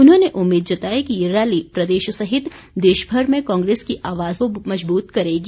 उन्होंने उम्मीद जताई कि ये रैली प्रदेश सहित देशभर में कांग्रेस की आवाज़ को मज़बूत करेगी